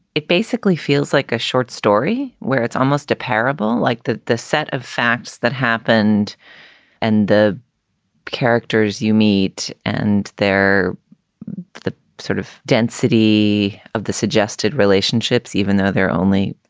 it basically feels like a short story where it's almost a parable like that, the set of facts that happened and the characters you meet and they're the sort of density of the suggested relationships, even though they're only,